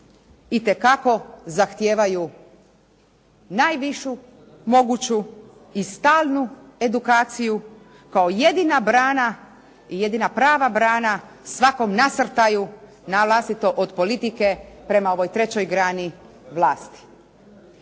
itekako zahtijevaju najvišu moguću i stalnu edukaciju kao jedina brana i jedina prava brana svakom nasrtaju na vlastito od politike prema ovoj trećoj grani vlasti.